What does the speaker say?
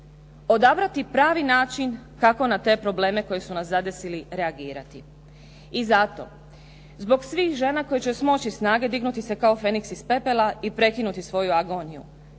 odabrati pravi način kako na te probleme koji su nas zadesili reagirati. I zato, zbog svih žena koje će smoći snage dignuti se kao feniks iz pepela i prekinuti svoju agoniju